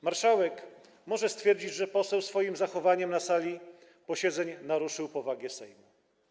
Marszałek może stwierdzić, że poseł swoim zachowaniem na sali posiedzeń naruszył powagę Sejmu.